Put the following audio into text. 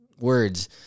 words